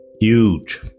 huge